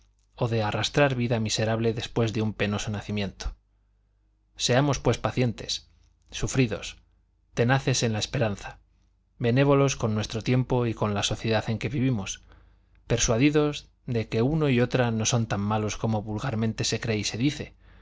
o de arrastrar vida miserable después de un penoso nacimiento seamos pues pacientes sufridos tenaces en la esperanza benévolos con nuestro tiempo y con la sociedad en que vivimos persuadidos de que uno y otra no son tan malos como vulgarmente se cree y se dice